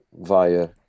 via